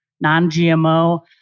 non-GMO